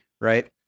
Right